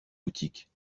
boutiques